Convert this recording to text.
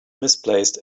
misplaced